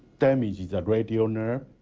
damages the radial nerve.